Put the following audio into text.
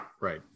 Right